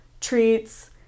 treats